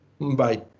Bye